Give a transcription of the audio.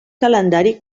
calendari